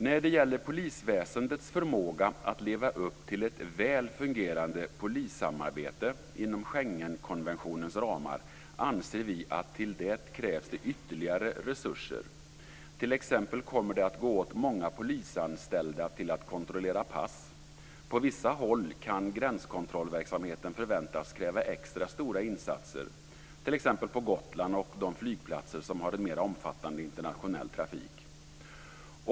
När det gäller polisväsendets förmåga att leva upp till ett väl fungerande polissamarbete inom Schengenkonventionens ramar anser vi att det krävs ytterligare resurser. T.ex. kommer det att gå åt många polisanställda för att kontrollera pass. På vissa håll kan gränskontrollverksamheten förväntas kräva extra stora insatser, t.ex. på Gotland och på de flygplatser som har en mer omfattande internationell trafik.